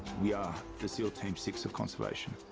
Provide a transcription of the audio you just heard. we are the seal team six of conservation.